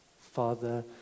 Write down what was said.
Father